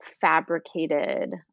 fabricated